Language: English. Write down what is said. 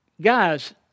Guys